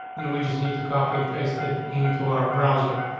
and we just need to copy and paste it into our browser.